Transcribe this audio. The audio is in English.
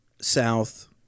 South